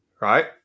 Right